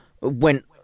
went